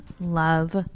love